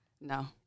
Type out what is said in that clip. no